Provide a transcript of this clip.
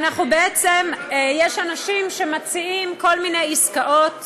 בעצם יש אנשים שמציעים כל מיני עסקאות